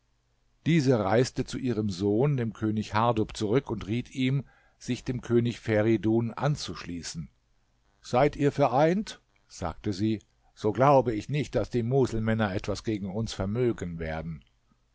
diese reiste zu ihrem sohn dem könig hardub zurück und riet ihm sich dem könig feridun anzuschließen seid ihr vereint sagte sie so glaube ich nicht daß die muselmänner etwas gegen uns vermögen werden